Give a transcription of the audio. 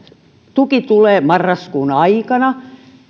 tuki tulee marraskuun aikana